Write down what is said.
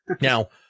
now